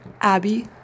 Abby